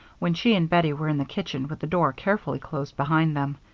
when she and bettie were in the kitchen with the door carefully closed behind them,